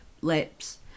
lips